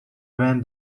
van